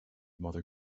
mother